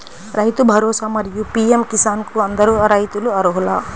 రైతు భరోసా, మరియు పీ.ఎం కిసాన్ కు అందరు రైతులు అర్హులా?